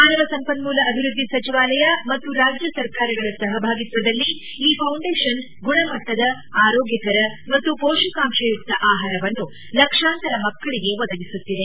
ಮಾನವ ಸಂಪನ್ನೂಲ ಅಭಿವೃದ್ದಿ ಸಚಿವಾಲಯ ಮತ್ತು ರಾಜ್ಯ ಸರ್ಕಾರಗಳ ಸಹಭಾಗಿತ್ವದಲ್ಲಿ ಈ ಫೌಂಡೇಷನ್ ಗುಣಮಟ್ಟದ ಆರೋಗ್ಟಕರ ಮತ್ತು ಪೋಷಕಾಂಶಯುಕ್ತ ಆಹಾರವನ್ನು ಲಕ್ಷಾಂತರ ಮಕ್ಕಳಿಗೆ ಒದಗಿಸುತ್ತಿದೆ